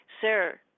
Sir